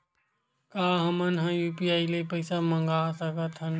का हमन ह यू.पी.आई ले पईसा मंगा सकत हन?